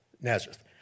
Nazareth